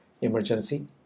emergency